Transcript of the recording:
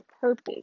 purpose